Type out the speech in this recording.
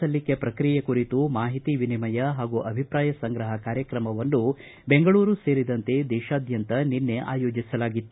ಸಲ್ಲಿಕೆ ಪ್ರಕ್ರಿಯೆ ಕುರಿತು ಮಾಹಿತಿ ವಿನಿಮಯ ಹಾಗೂ ಅಭಿಪ್ರಾಯ ಸಂಗ್ರಪ ಕಾರ್ಯಕ್ರಮವನ್ನು ಬೆಂಗಳೂರು ಸೇರಿದಂತೆ ದೇಶಾದ್ಯಂತ ನಿನ್ನೆ ಆಯೋಜಿಸಲಾಗಿತ್ತು